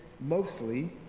mostly